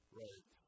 right